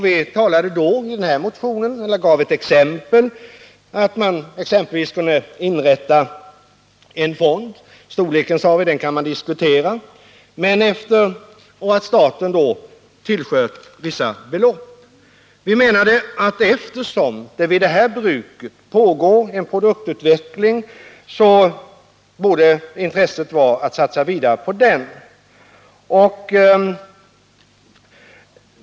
Vi gav i motionen ett exempel: Man skulle kunna inrätta en fond. vars storlek kan diskuteras. och staten skulle tillskjuta vissa belopp. Eftersom det vid detta bruk pågår en produktutveckling, borde det finnas intresse för att satsa vidare på denna.